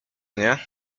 nie